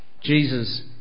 Jesus